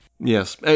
Yes